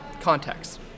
Context